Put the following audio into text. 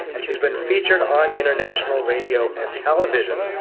and she's been featured on international radio and television.